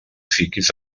fiques